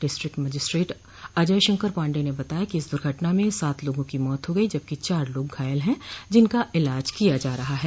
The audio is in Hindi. डिस्ट्रिक्ट मजिस्ट्रेट अजय शंकर पाण्डेय ने बताया कि इस दुर्घटना में सात लोगों की मौत हो गई जबकि चार लोग घायल हैं जिनका इलाज किया जा रहा है